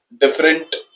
different